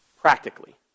practically